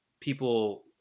people